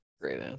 Great